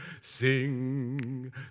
sing